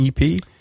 EP